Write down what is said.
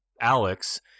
Alex